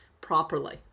properly